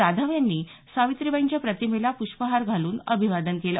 जाधव यांनी सावित्रीबाईंच्या प्रतिमेला प्रष्पहार घालून अभिवादन केलं